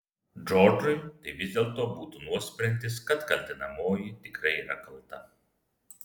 džordžui tai vis dėlto būtų nuosprendis kad kaltinamoji tikrai yra kalta